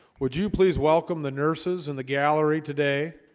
would you please welcome the nurses and the gallery today?